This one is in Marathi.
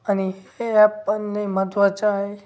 आणि हे ॲपपनने महत्त्वाचं आहे